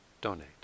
donate